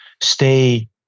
stay